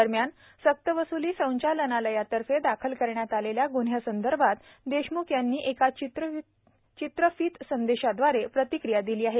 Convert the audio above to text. दरम्यानसक्तवस्ली संचालनालयातर्फे दाखल करण्यात आलेल्या गुन्ह्यासंदर्भात देशमुख यांनी एका चित्रफितसंदेशाद्वारे प्रतिक्रीया दिली आहे